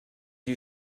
you